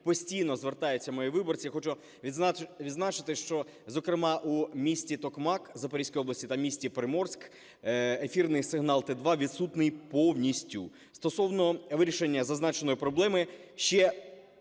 постійно звертаються мої виборці, я хочу відзначити, що, зокрема, у місті Токмак Запорізької області та в місті Приморськ ефірний сигнал Т2 відсутній повністю. Стосовно вирішення зазначеної проблеми ще